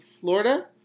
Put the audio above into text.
Florida